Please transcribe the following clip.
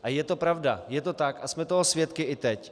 A je to pravda, je to tak a jsme toho svědky i teď.